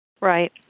Right